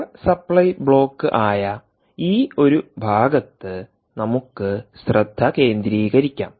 power supply block ആയ ഈ ഒരു ഭാഗത്ത് നമുക്ക് ശ്രദ്ധ കേന്ദ്രീകരിക്കാം